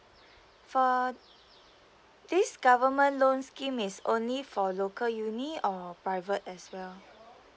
for this government loan scheme is only for local U_N_I or private as well